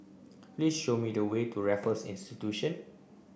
please show me the way to Raffles Institution